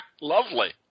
Lovely